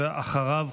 ואחריו,